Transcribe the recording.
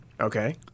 Okay